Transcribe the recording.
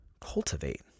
cultivate